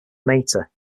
mater